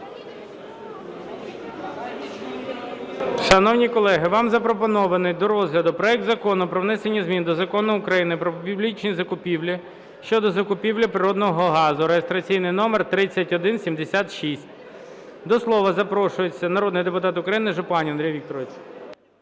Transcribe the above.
Шановні колеги, вам запропонований до розгляду проект Закону про внесення змін до Закону України "Про публічні закупівлі" щодо закупівлі природного газу (реєстраційний номер 3176). До слова запрошується народний депутат України Жупанин Андрій Вікторович.